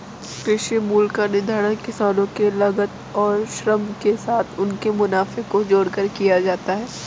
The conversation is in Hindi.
कृषि मूल्य का निर्धारण किसानों के लागत और श्रम के साथ उनके मुनाफे को जोड़कर किया जाता है